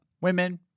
women